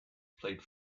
played